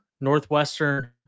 Northwestern